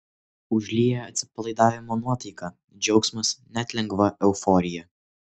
užlieja atsipalaidavimo nuotaika džiaugsmas net lengva euforija